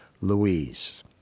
Louise